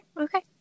Okay